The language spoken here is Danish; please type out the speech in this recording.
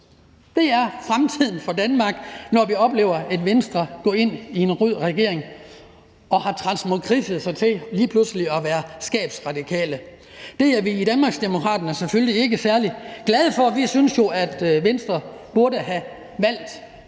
Det er fremtiden for Danmark, når vi oplever, at Venstre går ind i en rød regering og har transmogriffet sig til lige pludselig at være skabsradikale. Det er vi i Danmarksdemokraterne selvfølgelig ikke særlig glade for. Vi synes jo, at Venstre burde have valgt